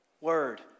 word